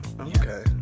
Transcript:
Okay